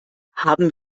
haben